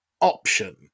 option